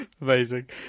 Amazing